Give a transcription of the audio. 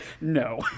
no